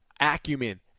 acumen